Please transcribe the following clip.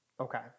okay